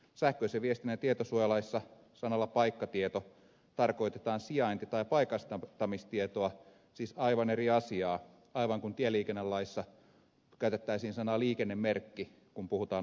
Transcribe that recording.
sähköisen viestinnän tietosuojalaissa sanalla paikkatieto tarkoitetaan sijainti tai paikantamistietoa siis aivan eri asiaa aivan kuin tieliikennelaissa käytettäisiin sanaa liikennemerkki kun puhutaan ajoneuvosta